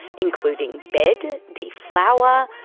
including bed, deflower,